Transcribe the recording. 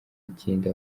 ikindi